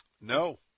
no